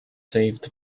saved